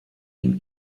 ihm